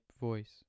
voice